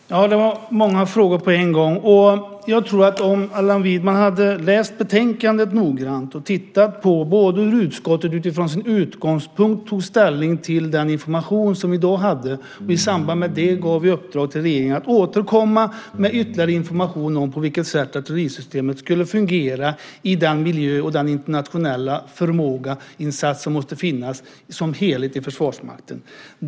Herr talman! Det var många frågor på en gång. Jag tycker att Allan Widman borde ha läst betänkandet noggrant och tittat på både hur utskottet utifrån sin utgångspunkt tog ställning till den information som vi då hade och i samband med det gav i uppdrag till regeringen att återkomma med ytterligare information om på vilket sätt artillerisystemet skulle fungera i den miljö och den internationella förmåga där insatsen måste finnas som helhet i Försvarsmakten.